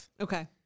Okay